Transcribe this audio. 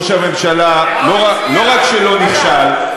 ראש הממשלה לא רק שלא נכשל,